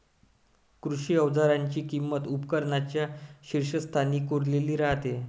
कृषी अवजारांची किंमत उपकरणांच्या शीर्षस्थानी कोरलेली राहते